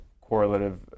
correlative